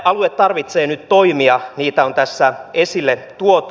alue tarvitsee nyt toimia niitä on tässä esille tuotu